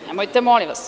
Nemojte, molim vas.